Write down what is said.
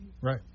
Right